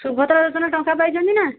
ସୁଭଦ୍ରା ଯୋଜନା ଟଙ୍କା ପାଇଛନ୍ତି ନା